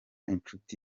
inshuti